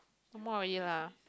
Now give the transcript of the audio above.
no more already lah